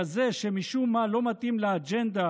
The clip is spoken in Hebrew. כזה שמשום מה לא מתאים לאג'נדה